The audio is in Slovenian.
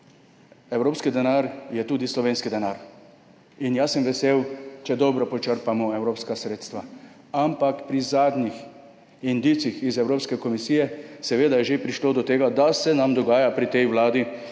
Evropski denar je tudi slovenski denar in jaz sem vesel, če dobro počrpamo evropska sredstva. Ampak pri zadnjih indicih iz Evropske komisije je že prišlo do tega, da se nam dogaja pri tej vladi,